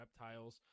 reptiles